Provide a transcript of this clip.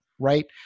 right